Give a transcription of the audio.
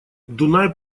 дунай